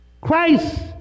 Christ